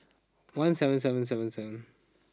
one seven seven seven seven